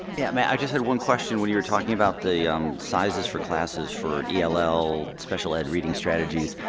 yeah i just had one question when you're talking about the sizes for classes for ell ell special ed reading strategies,